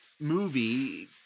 movie